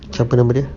siapa nama dia